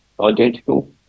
identical